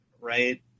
Right